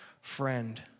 friend